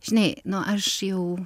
žinai nu aš jau